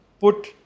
put